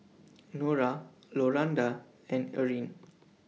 Nora Rolanda and Erin